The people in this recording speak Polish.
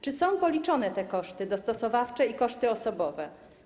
Czy są policzone koszty dostosowawcze i koszty osobowe?